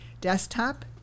desktop